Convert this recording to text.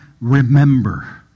remember